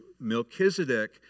Melchizedek